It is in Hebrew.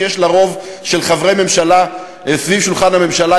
שיש לה רוב של חברי ממשלה סביב שולחן הממשלה,